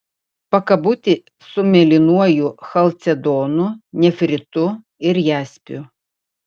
pakabutį su mėlynuoju chalcedonu nefritu ir jaspiu